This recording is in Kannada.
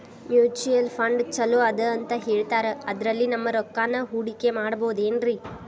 ಮ್ಯೂಚುಯಲ್ ಫಂಡ್ ಛಲೋ ಅದಾ ಅಂತಾ ಹೇಳ್ತಾರ ಅದ್ರಲ್ಲಿ ನಮ್ ರೊಕ್ಕನಾ ಹೂಡಕಿ ಮಾಡಬೋದೇನ್ರಿ?